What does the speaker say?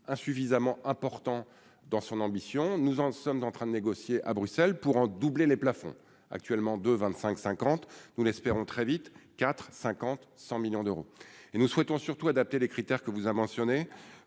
insuffisamment importants dans son ambition, nous en sommes d'entrain de négocier à Bruxelles pour en doubler les plafonds, actuellement de 25 50, nous l'espérons très vite IV. 50 100 millions d'euros et nous souhaitons surtout adapter les critères que vous avez mentionné